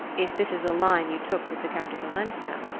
if this is the line you took with the countess olenska?